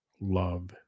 Love